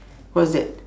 what's that